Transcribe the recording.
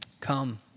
Come